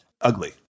ugly